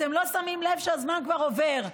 אתם לא שמים לב שהזמן כבר עובר.